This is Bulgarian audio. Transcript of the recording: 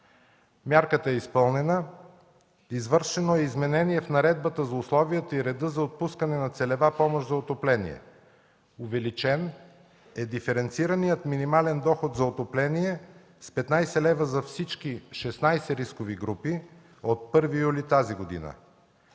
Мярката е изпълнена. Извършено е изменение в Наредбата за условията и реда за отпускане на целева помощ за отопление. Увеличен е диференцираният минимален доход за отопление с 15 лв. за всички 16 рискови групи от 1 юли 2013 г.